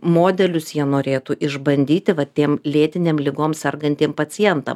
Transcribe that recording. modelius jie norėtų išbandyti va tiem lėtinėm ligom sergantiem pacientam